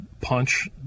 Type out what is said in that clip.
punch